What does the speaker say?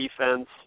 defense